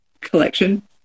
collection